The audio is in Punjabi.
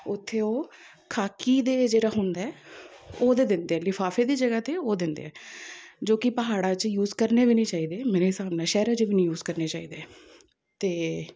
ਉੱਥੇ ਉਹ ਖਾਕੀ ਦੇ ਜਿਹੜਾ ਹੁੰਦਾ ਉਹ ਦੇ ਦਿੰਦੇ ਆ ਲਿਫ਼ਾਫ਼ੇ ਦੀ ਜਗ੍ਹਾ 'ਤੇ ਉਹ ਦਿੰਦੇ ਆ ਜੋ ਕਿ ਪਹਾੜਾਂ 'ਚ ਯੂਜ ਕਰਨੇ ਵੀ ਨਹੀਂ ਚਾਹੀਦੇ ਮੇਰੇ ਹਿਸਾਬ ਨਾਲ ਸ਼ਹਿਰਾਂ 'ਚ ਵੀ ਨਹੀਂ ਯੂਜ ਕਰਨੇ ਚਾਹੀਦੇ ਅਤੇ